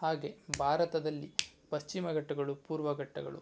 ಹಾಗೆ ಭಾರತದಲ್ಲಿ ಪಶ್ಚಿಮ ಘಟ್ಟಗಳು ಪೂರ್ವ ಘಟ್ಟಗಳು